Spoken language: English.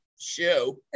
show